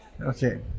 okay